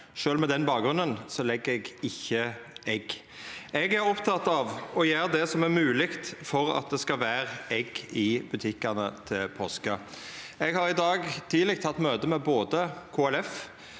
sjølv med den bakgrunnen legg eg ikkje egg. Eg er oppteken av å gjera det som er mogleg for at det skal vera egg i butikkane til påske. Eg har i dag tidleg hatt møte med både KLF,